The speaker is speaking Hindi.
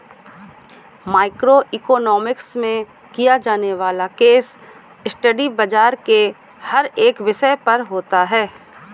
माइक्रो इकोनॉमिक्स में किया जाने वाला केस स्टडी बाजार के हर एक विषय पर होता है